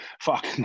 fuck